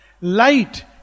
Light